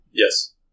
Yes